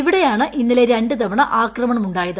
ഇവിടെയാണ് ഇന്നലെ രണ്ടുതവണ ആക്രമണമുണ്ടായത്